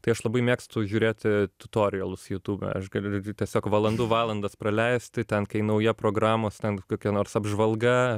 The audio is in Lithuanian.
tai aš labai mėgstu žiūrėti tutorials jutube aš galiu tiesiog valandų valandas praleisti ten kai nauja programos ten kokia nors apžvalga